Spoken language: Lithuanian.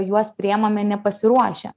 juos priimame nepasiruošę